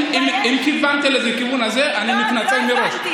אם כיוונת לכיוון הזה, אני מתנצל מראש.